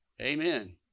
Amen